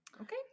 Okay